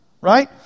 right